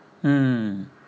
mm